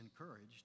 encouraged